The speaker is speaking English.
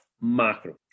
macro